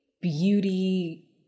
beauty